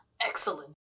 Excellent